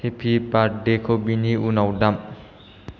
happy birthday खौ बिनि उनाव दाम